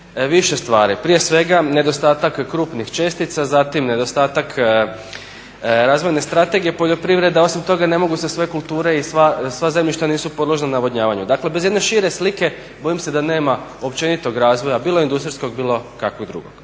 više stvari. Prije svega nedostatak krupnih čestica, zatim nedostatak razvojne strategije poljoprivrede, a osim toga ne mogu se sve kulture i sva zemljišta nisu podložna navodnjavanju. Dakle, bez jedne šire slike bojim se da nema općenitog razvoja bilo industrijskog bilo kakvog drugog.